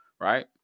right